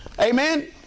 Amen